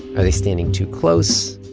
are they standing too close?